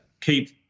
keep